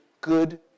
good